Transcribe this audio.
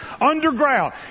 Underground